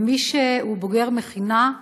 ומי שהוא בוגר מכינה,